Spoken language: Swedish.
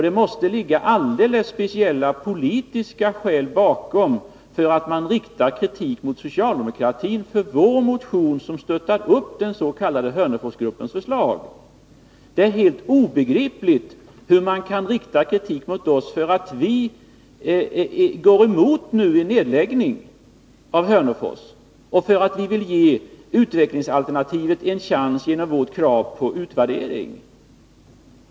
Det måste ligga alldeles speciella politiska skäl bakom det förhållandet att man riktar kritik mot socialdemokratin och mot vår motion, som ju stöttar upp den s.k. Hörneforsgruppens förslag. Det är helt obegripligt att man kan rikta kritik mot oss, när vi går emot en nedläggning av Hörnefors, och när vi genom vårt krav på utvärdering vill ge utvecklingsalternativet en chans.